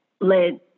led